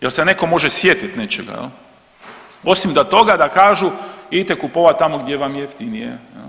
Jel se netko može sjetiti nečega osim da toga da kažu idite kupovati tamo gdje vam je jeftinije.